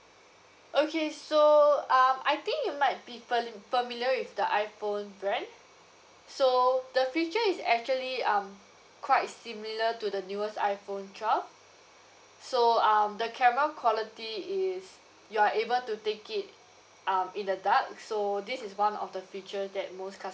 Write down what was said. okay so um I think you might be familiar with the iphone brand so the feature is actually um quite similar to the newest iphone twelve so um the camera quality is you're able to take it um in the dark so this is one of the feature that most customer